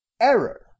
error